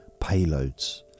payloads